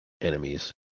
enemies